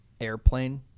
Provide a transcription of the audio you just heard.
airplane